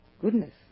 Goodness